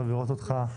טוב לראות אותך.